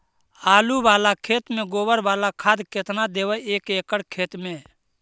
आलु बाला खेत मे गोबर बाला खाद केतना देबै एक एकड़ खेत में?